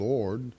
Lord